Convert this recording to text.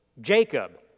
Jacob